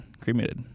cremated